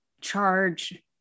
charge